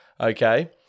okay